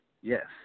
Yes